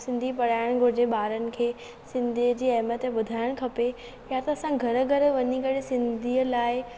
सिंधी पढ़ाइणु घुरिजे ॿारनि खे सिंधीअ जी अहमियत ॿुधाइणु खपे या त असां घरु घरु वञी करे सिंधीअ लाई